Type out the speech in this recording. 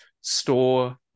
store